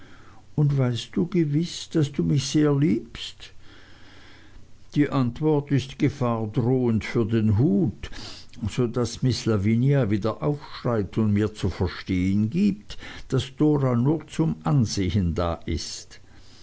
und weißt du gewiß daß du mich sehr liebst die antwort ist gefahrdrohend für den hut so daß miß lavinia wieder aufschreit und mir zu verstehen gibt daß dora nur zum ansehen da ist